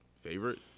Favorite